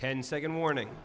ten second morning